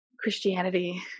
christianity